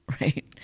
right